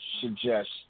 suggest